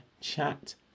Chat